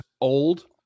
old